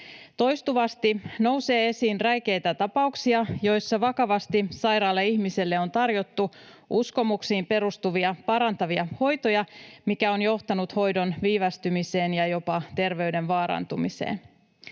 Toistuvasti nousee esiin räikeitä tapauksia, joissa vakavasti sairaalle ihmiselle on tarjottu uskomuksiin perustuvia parantavia hoitoja, mikä on johtanut hoidon viivästymiseen ja jopa terveyden vaarantumiseen.